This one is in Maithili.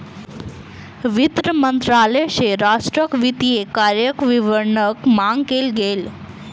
वित्त मंत्रालय सॅ राष्ट्रक वित्तीय कार्यक विवरणक मांग कयल गेल